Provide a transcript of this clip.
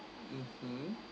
mmhmm